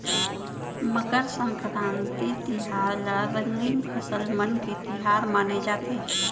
मकर संकरांति तिहार ल रंगीन फसल मन के तिहार माने जाथे